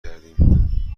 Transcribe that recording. کردیم